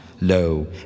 Lo